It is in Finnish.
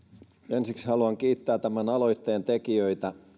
ensiksi haluan kiittää tämän aloitteen tekijöitä